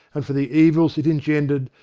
and for the evils it engendered,